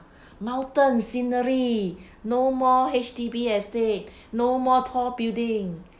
mountain scenery no more H_D_B estate no more tall building